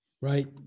right